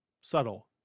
Subtle